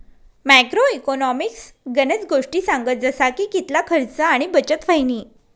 macro economics गनज गोष्टी सांगस जसा की कितला खर्च आणि बचत व्हयनी